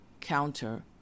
counter